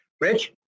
Rich